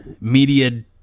media